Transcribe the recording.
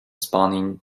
spawning